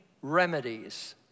remedies